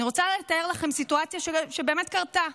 אני רוצה לתאר לכם סיטואציה שבאמת קרתה: